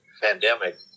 pandemic